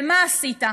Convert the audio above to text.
ומה עשית?